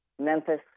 Memphis